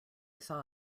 saw